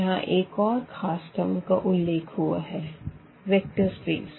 यहाँ एक और खास टर्म का उल्लेख हुआ है वेक्टर स्पेस